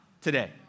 today